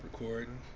recording